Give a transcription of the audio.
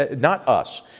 ah not us,